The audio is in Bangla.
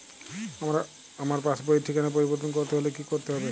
আমার পাসবই র ঠিকানা পরিবর্তন করতে হলে কী করতে হবে?